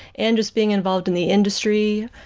and just being involved in the industry,